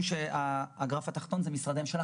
בקו התחתון רואים את משרדי הממשלה.